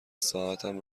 ساعتم